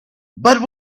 but